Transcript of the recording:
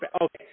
Okay